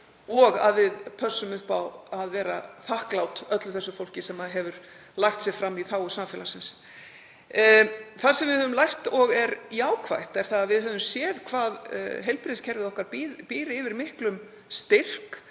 og að við pössum upp á að vera þakklát öllu því fólki sem hefur lagt sig fram í þágu samfélagsins. Það sem við höfum lært og er jákvætt er það að við höfum séð hvað heilbrigðiskerfið okkar býr yfir miklum styrk,